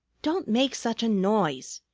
don't make such a noise.